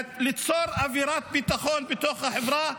ליצור אווירת ביטחון בתוך החברה,